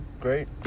great